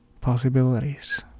possibilities